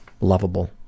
lovable